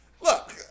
Look